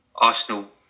Arsenal